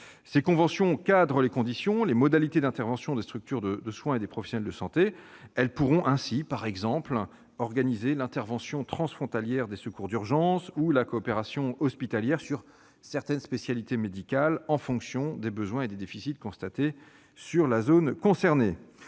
Ces conventions cadrent les conditions et modalités d'intervention des structures de soins et des professionnels de santé. Elles pourront ainsi, par exemple, organiser l'intervention transfrontalière des secours d'urgence ou la coopération hospitalière sur certaines spécialités médicales en fonction des besoins et des déficits constatés sur la zone